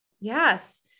Yes